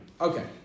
okay